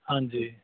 ਹਾਂਜੀ